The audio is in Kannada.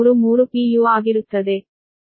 u ಆಗಿರುತ್ತದೆ